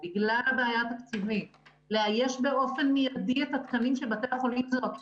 הרי הקורונה זה לא מלחמה של שלושה שבועות.